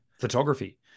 photography